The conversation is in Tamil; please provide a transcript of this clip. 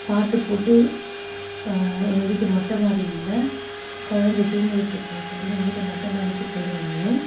பாட்டுப்போட்டு எங்கள் வீட்டு மொட்டைமாடியில் குழந்த தூங்கிட்டு இருப்பா அப்போது வந்து எங்கள் வீட்டு மொட்டைமாடிக்கு போய்டுவேன் நான்